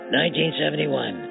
1971